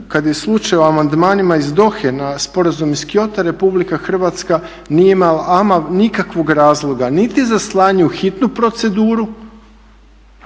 kad je slučaj o amandmanima iz DOHA-e na Sporazum iz Kyota Republika Hrvatska nije imala ama nikakvog razloga niti za slanje u hitnu proceduru